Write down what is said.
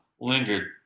lingered